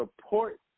support